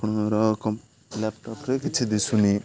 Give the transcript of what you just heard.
ଆପଣଙ୍କର ଲ୍ୟାପଟପ୍ରେ କିଛି ଦଶୁନି